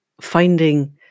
finding